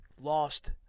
lost